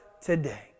today